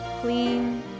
clean